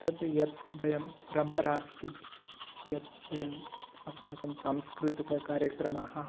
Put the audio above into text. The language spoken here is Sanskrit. तत् यत् वयं परम्परा अस्ति यत् वयम् अस्माकं सांस्कृतिककार्यक्रमाः